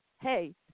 hey